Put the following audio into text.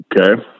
Okay